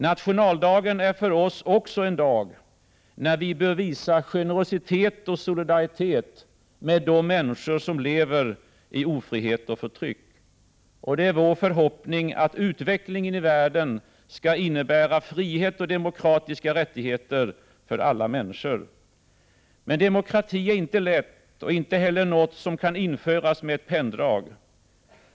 Nationaldagen är för oss också en dag, när vi bör visa generositet och solidaritet med de människor som lever i ofrihet och förtryck. Det är vår förhoppning, att utvecklingen i världen skall innebära frihet och demokratiska rättigheter för alla människor. Men demokrati är inte lätt och inte heller något som kan införas med ett penndrag.